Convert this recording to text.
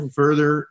further